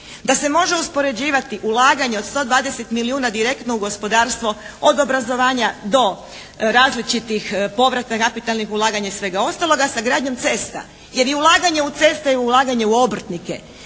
da se može uspoređivati ulaganje od 120 milijuna direktno u gospodarstvo od obrazovanja do različitih povrata kapitalnih ulaganja i svega ostalog sa gradnjom ceste, jer i ulaganje u ceste je ulaganje u obrtnike.